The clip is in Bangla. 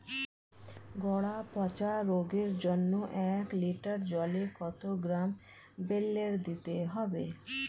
গোড়া পচা রোগের জন্য এক লিটার জলে কত গ্রাম বেল্লের দিতে হবে?